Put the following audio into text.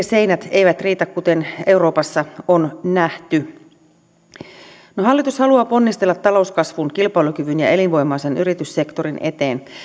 seinät eivät riitä kuten euroopassa on nähty hallitus haluaa ponnistella talouskasvun kilpailukyvyn ja elinvoimaisen yrityssektorin eteen